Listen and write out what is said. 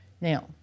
Now